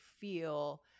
feel